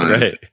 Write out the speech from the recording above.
right